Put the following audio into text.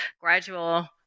gradual